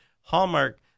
Hallmark